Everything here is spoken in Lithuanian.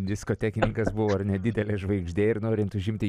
diskotekininkas buvo ar ne didelė žvaigždė ir norint užimti jį